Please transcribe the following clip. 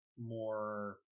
more